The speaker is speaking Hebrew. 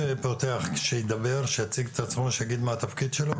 עצמו, שיגיד מה התפקיד שלו